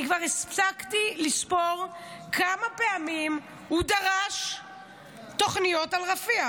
אני כבר הפסקתי לספור כמה פעמים הוא דרש תוכניות על רפיח.